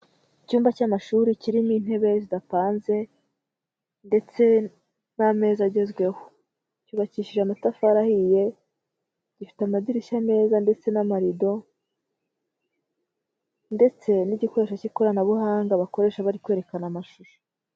Icyumba cy'amashuri kirimo intebe zidapanze ndetse n'ameza agezweho, cyubakishije amatafari ahiye, gifite amadirishya meza ndetse n'amarido ndetse n'igikoresho cy'ikoranabuhanga bakoresha bari kwerekana amashusho.